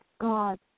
God